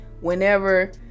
whenever